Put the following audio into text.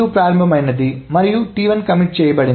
ప్రారంభం T2 మరియు commit T1 ఉంది